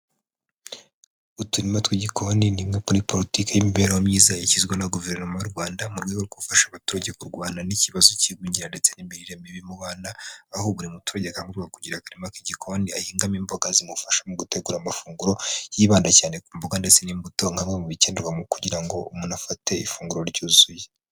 Uturima tw'igikoni ni imwe kuri politiki y'imibereho myiza igizwe na guverinoma y'u Rwanda mu rwego rwo gufasha abaturage kurwana n'ikibazo k'igwingira ndetse n'imirire mibi mu bana, aho buri muturage akangurirwa kugira akarima k'igikoni ahingamo imboga zimufasha mu gutegura amafunguro yibanda cyane ku mbuga ndetse n'imbuto nka bimwe mu bikenerwa kugira ngo umuntu afate ifunguro ryuzuye.